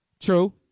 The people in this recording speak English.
True